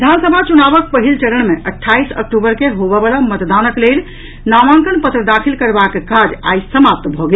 विधानसभा चुनावक पहिल चरण मे अठाईस अक्टूबर केँ होवयवला मतदानक लेल नामांकन पत्र दाखिल करबाक काज आइ समाप्त भऽ गेल